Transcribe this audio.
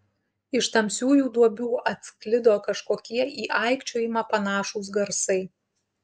iš tamsiųjų duobių atsklido kažkokie į aikčiojimą panašūs garsai